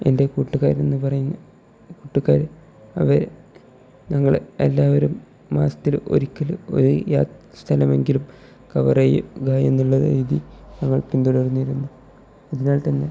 എൻ്റെ കൂട്ടുകാരെന്നു പറയുന്ന കൂട്ടുകാർ അവർ ഞങ്ങൾ എല്ലാവരും മാസത്തിൽ ഒരിക്കൽ ഒരു യാ സ്ഥലമെങ്കിലും കവർ ചെയ്യും ക എന്നുള്ളത് രീതി ഞങ്ങൾ പിന്തുടർന്നിരുന്നു അതിനാൽ തന്നെ